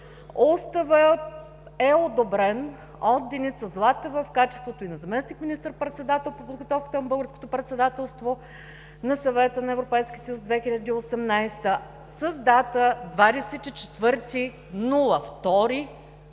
Уставът е одобрен от Деница Златева в качеството й на заместник министър-председател по подготовката на българското председателство на Съвета на Европейския съюз 2018 с дата 24